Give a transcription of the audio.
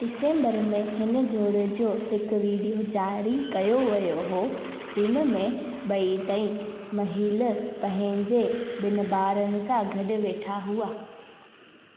डिसंबर में हिन जोड़े जो हिकु वीडियो जारी कयो वियो हो जंहिंमें ॿई तंहिं महिल पंहिंजे ॿिनि ॿारनि सां गॾु वेठा हुआ